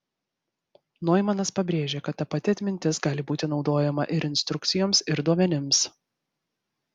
noimanas pabrėžė kad ta pati atmintis gali būti naudojama ir instrukcijoms ir duomenims